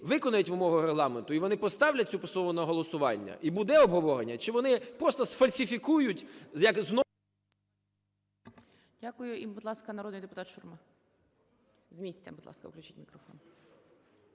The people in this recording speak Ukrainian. виконають вимогу Регламенту і вони поставлять цю постанову на голосування і буде обговорення, чи вони просто сфальсифікують… ГОЛОВУЮЧИЙ. Дякую. І, будь ласка, народний депутатШурма. З місця, будь ласка, включіть мікрофон.